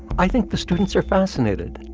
i think the students are fascinated.